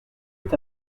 est